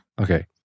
Okay